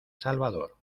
salvador